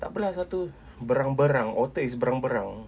tak apa lah satu berang-berang otter is berang-berang